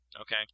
Okay